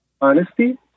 Honesty